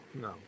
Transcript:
no